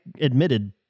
admitted